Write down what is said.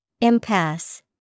Impasse